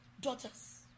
daughters